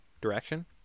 direction